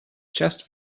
chest